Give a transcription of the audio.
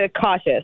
cautious